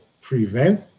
prevent